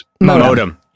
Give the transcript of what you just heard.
Modem